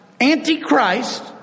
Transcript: antichrist